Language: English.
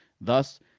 thus